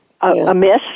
amiss